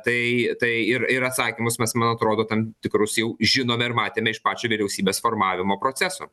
tai tai ir ir atsakymus mes man atrodo tam tikrus jau žinome ir matėme iš pačio vyriausybės formavimo proceso